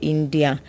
India